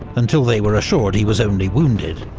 until they were assured he was only wounded.